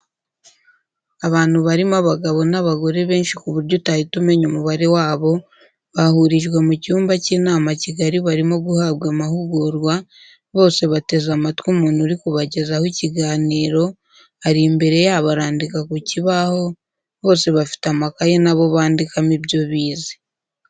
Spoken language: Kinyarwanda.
Abantu barimo abagabo n'abagore benshi ku buryo utahita umenya umubare wabo, bahurijwe mu cyumba cy'inama kigari barimo guhabwa amahugurwa, bose bateze amatwi umuntu uri kubagezaho ikiganiro, ari imbere yabo arandika ku kibaho, bose bafite amakaye na bo bandikamo ibyo bize.